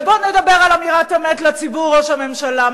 ובוא נדבר על אמירת אמת לציבור, ראש הממשלה.